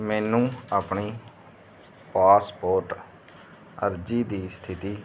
ਮੈਨੂੰ ਆਪਣੀ ਪਾਸਪੋਰ੍ਟ ਅਰਜ਼ੀ ਦੀ ਸਥਿਤੀ